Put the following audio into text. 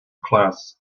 class